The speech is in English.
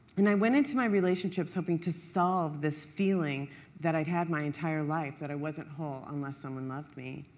and i went into my relationships hoping to solve this feeling that i had had my entire life that i was not whole unless someone loved me.